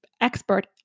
expert